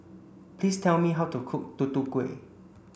please tell me how to cook Tutu Kueh